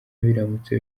biramutse